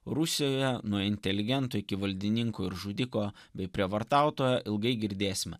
rusijoje nuo inteligentų iki valdininkų ir žudiko bei prievartautojo ilgai girdėsime